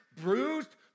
bruised